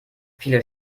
viele